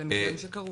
אלה מקרים שקרו.